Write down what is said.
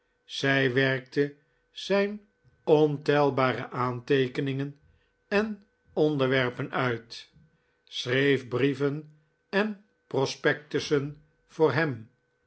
zij werkte zijn ontelbare aanteekeningen en ontwerpen uit schreef brieven en prospectussen voor hem